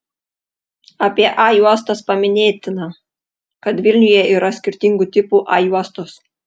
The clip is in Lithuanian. apie a juostas paminėtina kad vilniuje yra skirtingų tipų a juostos